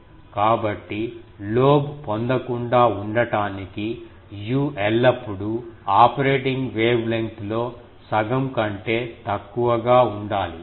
కాబట్టి లోబ్ పొందకుండా ఉండటానికి u ఎల్లప్పుడూ ఆపరేటింగ్ వేవ్ లెంగ్త్ లో సగం కంటే తక్కువగా ఉండాలి